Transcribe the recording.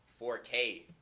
4K